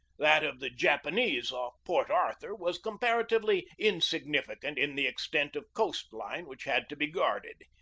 that of the japanese off port arthur was comparatively insignificant in the extent of coast-line which had to be guarded.